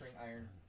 iron